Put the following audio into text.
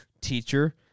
teacher